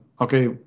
okay